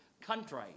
country